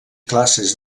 classes